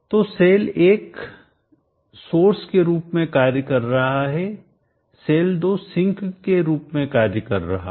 तो सेल 1 एक सोर्स के रूप में कार्य कर रहा है सेल 2 सिंक के रूप में कार्य कर रहा है